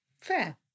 Fair